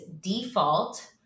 default